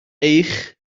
eich